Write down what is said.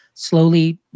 slowly